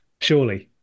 surely